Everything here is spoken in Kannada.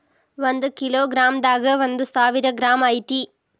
ಒಂದ ಕಿಲೋ ಗ್ರಾಂ ದಾಗ ಒಂದ ಸಾವಿರ ಗ್ರಾಂ ಐತಿ